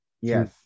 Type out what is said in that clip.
yes